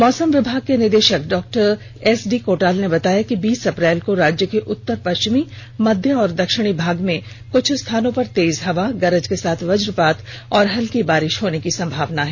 मौसम विभाग के निदेशक डॉ एसडी कोटाल ने बताया कि बीस अप्रैल को राज्य के उत्तर पश्चिमी मध्य व दक्षिणी भाग में कुछ स्थानों पर तेज हवा गरज के साथ वजपात और हल्की बारिश होने की संभावना है